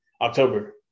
October